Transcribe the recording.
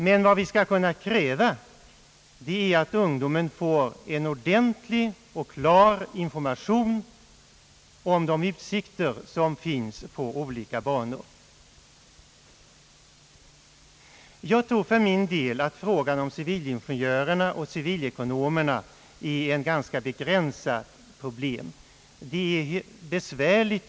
Men vad vi i vart fall kan se till är att ungdomen får en ordentlig och klar information om de utsikter som finns på olika banor. Jag tror för min del att frågan om civilingenjörerna och civilekonomerna är ett ganska begränsat problem. Det är en konjunkturfråga.